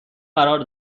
قرار